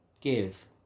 give